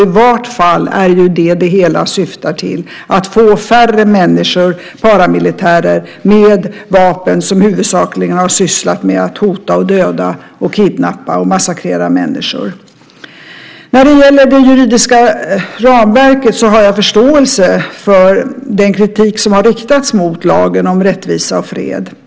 I vart fall syftar det hela till att få färre människor, paramilitärer, med vapen som ju huvudsakligen har sysslat med att hota och döda, kidnappa och massakrera människor. När det gäller det juridiska ramverket har jag förståelse för den kritik som har riktats mot lagen om rättvisa och fred.